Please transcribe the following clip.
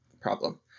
problem